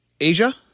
Asia